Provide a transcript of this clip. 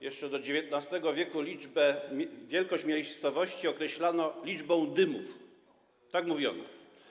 Jeszcze do XIX w. wielkość miejscowości określano liczbą dymów - tak mówiono.